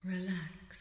Relax